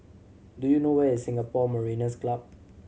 do you know where is Singapore Mariners' Club